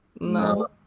No